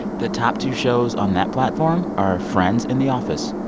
the top two shows on that platform are friends and the office.